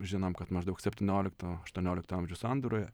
žinom kad maždaug septyniolikto aštuoniolikto amžių sandūroje